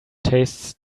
tastes